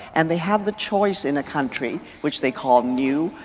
and they have the choice in a country which they call new,